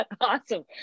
awesome